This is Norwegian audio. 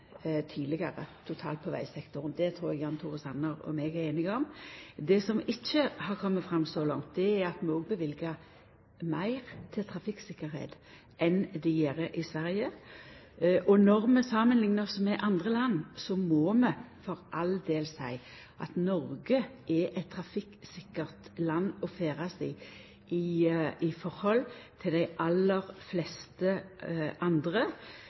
på vegsektoren – det trur eg Jan Tore Sanner og eg er einige om. Det som ikkje har kome fram så langt, er at vi òg løyver meir til trafikktryggleik enn dei gjer i Sverige. Og når vi samanliknar oss med andre land, må vi for all del seia at Noreg er eit trafikksikkert land å ferdast i samanlikna med dei aller fleste andre,